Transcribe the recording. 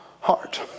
heart